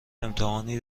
امتحانی